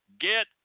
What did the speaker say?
get